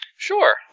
Sure